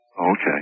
Okay